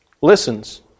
listens